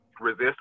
resist